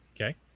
Okay